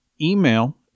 email